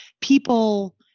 people